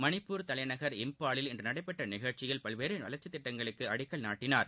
மணிப்பூர் தலைநகர் இம்பாலில் இன்று நடைபெற்ற நிகழ்ச்சியில் பல்வேறு வளர்ச்சி திட்டங்களுக்கு அடிக்கல் நாட்டினார்